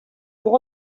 pour